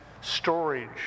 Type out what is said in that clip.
storage